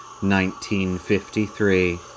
1953